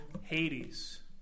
Hades